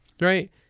right